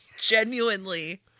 genuinely